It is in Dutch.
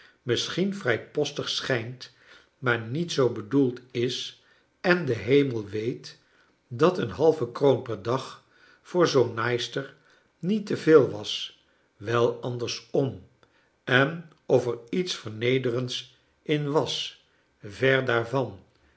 misschien vrijpostig schijnt maar niet zoo bedoeld is en de hemel weet dat een halve kroon per dag voor zoo'n naaister niet te veel was wel andersom en cf er iets vernederends in was ver daarvan